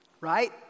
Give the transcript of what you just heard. Right